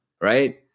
right